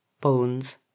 bones